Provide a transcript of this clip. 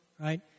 Right